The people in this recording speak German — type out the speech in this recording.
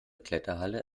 kletterhalle